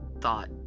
thought